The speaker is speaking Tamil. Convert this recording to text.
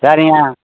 சரிங்க